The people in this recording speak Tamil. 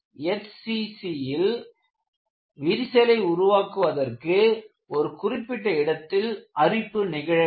SCC ல் விரிசலை உருவாக்குவதற்கு ஒரு குறிப்பிட்ட இடத்தில் அரிப்பு நிகழவேண்டும்